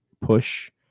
push